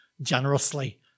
generously